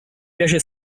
piace